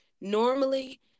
Normally